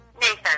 Nathan